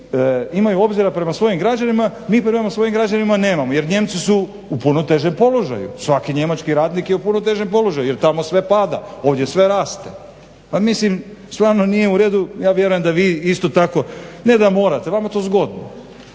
imaju obzira prema svojim građanima, mi prema svojim građanima nemamo jer Nijemci su u puno težem položaju, svaki njemački radnik je u puno težem položaju jer tamo sve pada, ovdje sve raste. Pa mislim da stvarno nije ured. Ja vjerujem da vi isto tako ne da morate, vama je to zgodno.